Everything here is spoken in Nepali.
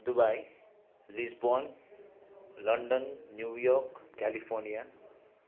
Dubai Lisbon London New York California